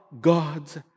God's